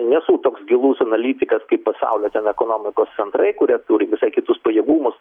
nesu toks gilus analitikas kaip pasaulio ten ekonomikos centrai kurie turi visai kitus pajėgumus